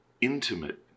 intimate